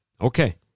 Okay